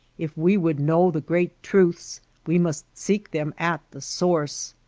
if we would know the great truths we must seek them at the source.